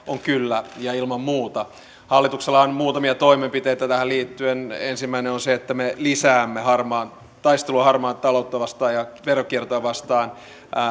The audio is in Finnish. on kyllä ilman muuta hallituksella on muutamia toimenpiteitä tähän liittyen ensimmäinen on se että me lisäämme taistelua harmaata taloutta vastaan ja veronkiertoa vastaan